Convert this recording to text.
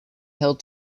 held